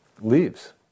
leaves